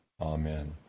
Amen